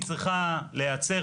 את השינוי התודעתי של הצד השני,